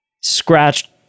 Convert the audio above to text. scratched